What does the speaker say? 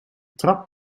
trap